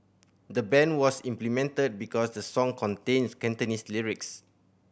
the ban was implemented because the song contains Cantonese lyrics